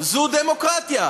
זו דמוקרטיה,